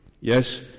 Yes